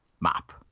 map